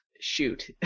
shoot